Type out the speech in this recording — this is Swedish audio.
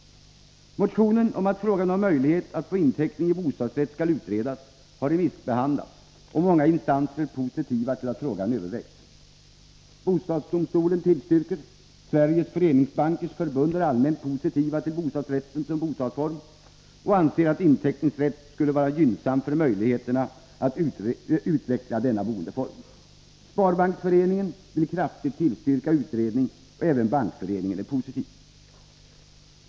Motionen om att frågan om möjlighet att få inteckning i bostadsrätt skall utredas har remissbehandlats, och många instanser är positiva till att frågan övervägs. Bostadsdomstolen tillstyrker. Sveriges föreningsbankers förbund är allmänt positivt till bostadsrätten som bostadsform och anser att inteckningsrätt skulle vara gynnsam för möjligheterna att utveckla denna boendeform. Sparpanksföreningen vill kraftigt tillstyrka utredning, och även Bankföreningen är positiv.